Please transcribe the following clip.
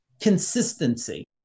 consistency